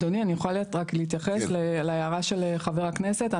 אדוני, אני יכולה להתייחס להערה של חבר הכנסת?